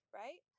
right